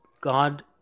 God